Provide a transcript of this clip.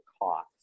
cost